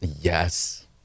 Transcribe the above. Yes